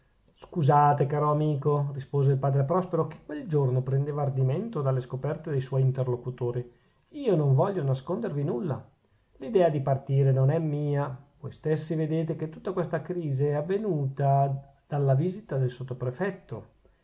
scusate caro amico rispose il padre prospero che quel giorno prendeva ardimento dalle scoperte de suoi interlocutori io non voglio nascondervi nulla l'idea di partire non è mia voi stessi vedete che tutta questa crise è venuta dalla visita del